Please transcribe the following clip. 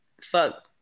fuck